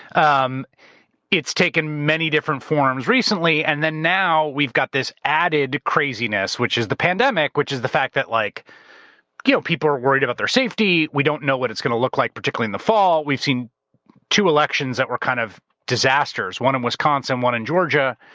um it's taken many different forms recently. and then now we've got this added craziness, which is the pandemic, which is the fact that like you know people are worried about their safety. we don't know what it's going to look like, particularly in the fall. we've seen two elections that were kind of disasters, one in wisconsin, one in georgia.